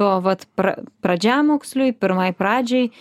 o vat pra pradžiamoksliui pirmai pradžiai